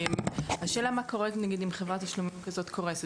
השאלה מה קורה אם חברת תשלומים כזאת קורסת.